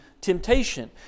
temptation